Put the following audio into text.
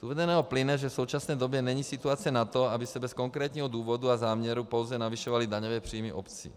Z uvedeného plyne, že v současné době není situace na to, aby se bez konkrétního důvodu a záměru pouze navyšovaly daňové příjmy obcí.